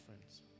friends